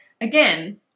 again